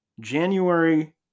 January